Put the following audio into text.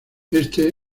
este